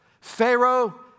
Pharaoh